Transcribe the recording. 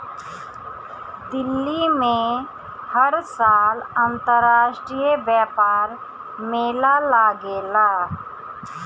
दिल्ली में हर साल अंतरराष्ट्रीय व्यापार मेला लागेला